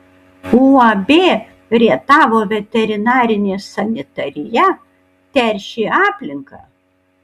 uab rietavo veterinarinė sanitarija teršė aplinką